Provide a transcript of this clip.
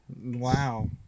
Wow